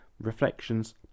reflections